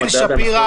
גיל שפירא,